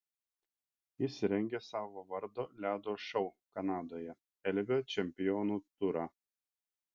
jis rengia savo vardo ledo šou kanadoje elvio čempionų turą